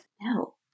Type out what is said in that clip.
No